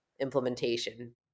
implementation